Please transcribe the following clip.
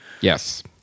yes